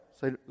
Say